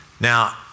Now